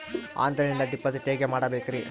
ಆನ್ಲೈನಿಂದ ಡಿಪಾಸಿಟ್ ಹೇಗೆ ಮಾಡಬೇಕ್ರಿ?